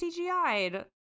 CGI'd